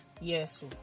Yes